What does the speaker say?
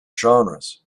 genres